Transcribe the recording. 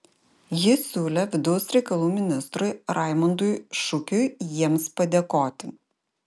ji siūlė vidaus reikalų ministrui raimundui šukiui jiems padėkoti